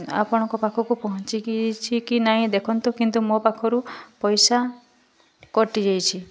ଆପଣଙ୍କ ପାଖକୁ ପହଁଚିକି ଚିକି ନାହିଁ ଦେଖନ୍ତୁ କିନ୍ତୁ ମୋ ପାଖରୁ ପଇସା କଟିଯାଇଛି